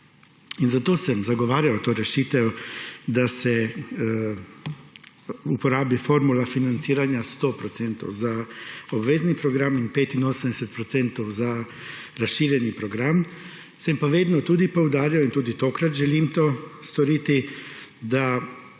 Zato sem zagovarjal to rešitev, da se uporabi formula financiranja 100 % za obvezni program in 85 % za razširjeni program. Sem pa vedno tudi poudarjal in tudi tokrat želim to storiti, da